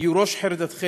יהיה בראש חרדתכם,